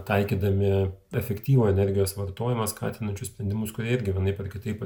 taikydami efektyvų energijos vartojimą skatinančius sprendimus kurie irgi vienaip ar kitaip